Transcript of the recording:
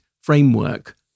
framework